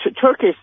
Turkish